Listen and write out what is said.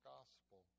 Gospel